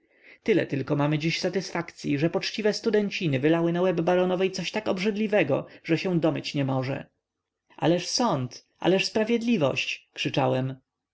tyle tylko mamy dziś satysfakcyi że poczciwe studenciny wylały na łeb baronowej coś tak obrzydliwego że się domyć nie może ależ sąd ależ sprawiedliwość krzyczałem